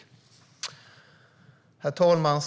Herr talman!